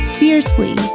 fiercely